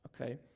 okay